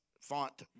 font